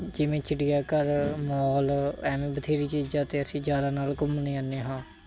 ਜਿਵੇਂ ਚਿੜੀਆ ਘਰ ਮੋਲ ਐਵੇਂ ਬਥੇਰੀ ਚੀਜ਼ਾਂ 'ਤੇ ਅਸੀਂ ਯਾਰਾਂ ਨਾਲ ਘੁੰਮਣ ਜਾਂਦੇ ਹਾਂ